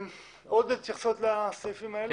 עוד התייחסות לסעיפים האלה?